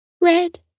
red